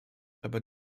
aber